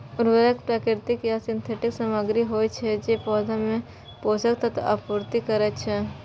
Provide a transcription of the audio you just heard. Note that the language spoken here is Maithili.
उर्वरक प्राकृतिक या सिंथेटिक सामग्री होइ छै, जे पौधा मे पोषक तत्वक आपूर्ति करै छै